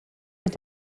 est